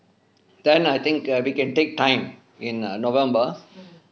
then I think err we can take time in err november